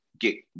get